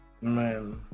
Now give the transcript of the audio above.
man